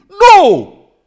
No